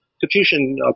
Confucian